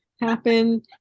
happen